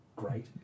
great